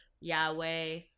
Yahweh